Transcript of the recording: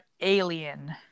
alien